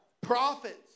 prophets